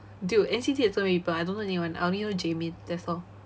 dude N_C_T got so many people I don't know anyone I only jimin that's all